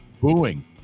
booing